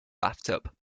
bathtub